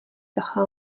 tagħha